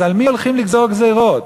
אז על מי הולכים לגזור גזירות?